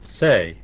say